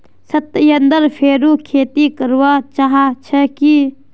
सत्येंद्र फेरो खेती करवा चाह छे की